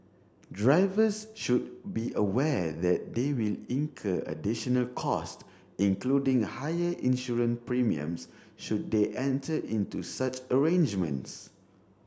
drivers should be aware that they will incur additional cost including higher insurance premiums should they enter into such arrangements